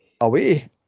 away